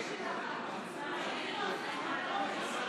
הצעת